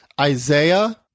Isaiah